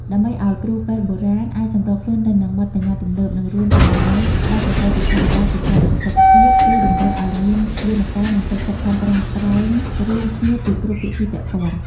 ដើម្បីឱ្យគ្រូពេទ្យបុរាណអាចសម្របខ្លួនទៅនឹងបទប្បញ្ញត្តិទំនើប និងរួមចំណែកដល់ប្រព័ន្ធសុខាភិបាលប្រកបដោយប្រសិទ្ធភាព គឺតម្រូវឱ្យមានយន្តការ និងកិច្ចខិតខំប្រឹងប្រែងរួមគ្នាពីគ្រប់ភាគីពាក់ព័ន្ធ។